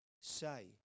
say